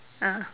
ah